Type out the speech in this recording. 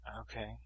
Okay